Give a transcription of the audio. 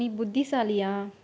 நீ புத்திசாலியா